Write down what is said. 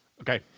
Okay